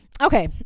okay